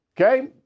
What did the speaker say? Okay